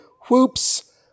Whoops